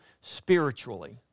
spiritually